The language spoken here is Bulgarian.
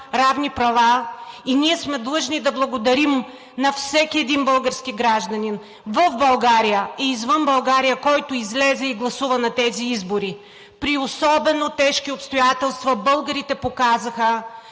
равни права и ние сме длъжни да благодарим на всеки един български гражданин в България и извън България, който излезе и гласува на тези избори. При особено тежки обстоятелства българите показаха,